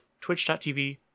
twitch.tv